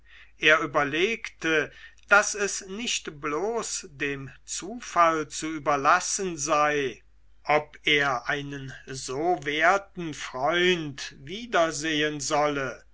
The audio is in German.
er überlegte daß es nicht bloß dem zufall zu überlassen sei ob er einen so werten freund wiedersehen solle